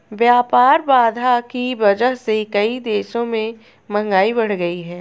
व्यापार बाधा की वजह से कई देशों में महंगाई बढ़ गयी है